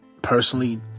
Personally